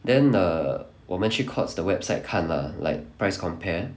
then the 我们去 Courts 的 website 看 lah like price compare